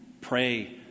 pray